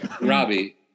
Robbie